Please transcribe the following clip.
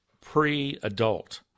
pre-adult